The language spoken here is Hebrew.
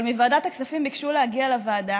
אבל מוועדת הכספים ביקשו להגיע לוועדה.